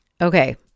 okay